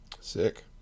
Sick